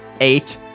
Eight